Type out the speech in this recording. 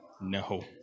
No